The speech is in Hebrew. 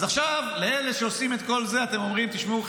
אז עכשיו לאלה שעושים את כל זה אתם אומרים: תשמעו,